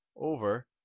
over